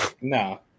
No